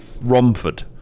Romford